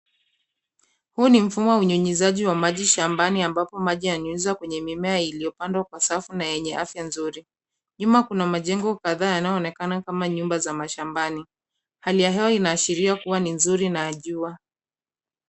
Huu ni mfumo wa unyunyiziaji wa maji shambani ambapo maji yanyunyizwa kwenye mimea iliyopandwa kwa safu na yenye afya nzuri. Nyuma kuna majengo kadhaa yanayoonekana kama manyumba za mashambani .Hali ya hewa inaashiria kuwa ni nzuri na ya jua.